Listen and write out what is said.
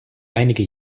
einige